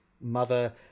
mother